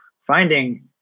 finding